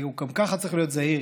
הוא גם ככה צריך להיות זהיר,